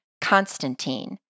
Constantine